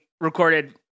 recorded